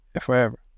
forever